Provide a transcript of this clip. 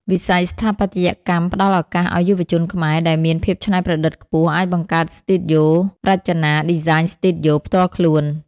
វិស័យស្ថាបត្យកម្មផ្ដល់ឱកាសឱ្យយុវជនខ្មែរដែលមានភាពច្នៃប្រឌិតខ្ពស់ អាចបង្កើតស្ទូឌីយោរចនា (Design Studio) ផ្ទាល់ខ្លួន។